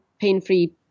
pain-free